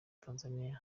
tanzania